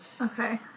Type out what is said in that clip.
Okay